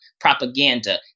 propaganda